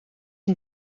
een